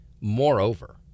moreover